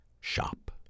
shop